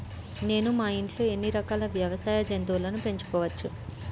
నేను మా ఇంట్లో ఎన్ని రకాల వ్యవసాయ జంతువులను పెంచుకోవచ్చు?